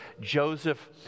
Joseph